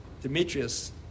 Demetrius